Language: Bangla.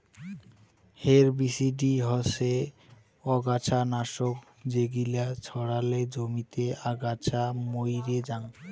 হেরবিসিডি হসে অগাছা নাশক যেগিলা ছড়ালে জমিতে আগাছা মইরে জাং